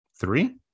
three